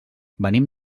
venim